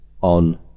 on